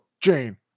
Jane